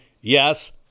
Yes